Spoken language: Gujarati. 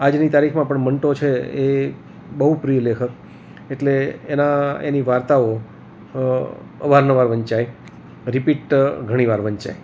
આજની તારીખમાં પણ મંટો છે એ બહું પ્રિય લેખક એટલે એનાં એની વાર્તાઓ અવારનવાર વંચાય રિપીટ ઘણી વાર વંચાય